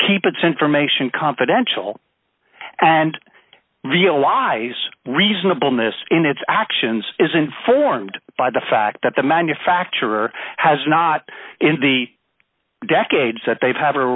keep its information confidential and i realize reasonableness in its actions is informed by the fact that the manufacturer has not in the decades that they've ha